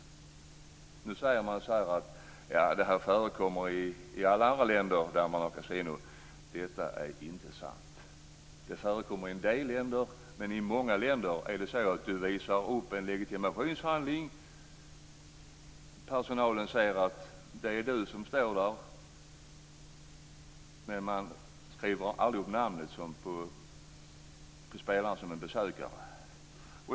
Man säger att det förekommer i alla andra länder där det finns kasinon. Detta är inte sant. Det förekommer i en del länder, men i många länder visar du bara upp en legitimationshandling så att personalen ser att det är du som står där. Man skriver aldrig upp spelaren som besökare.